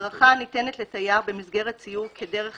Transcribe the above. הדרכה הניתנת לתייר במסגרת סיור כדרך